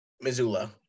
Missoula